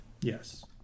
Yes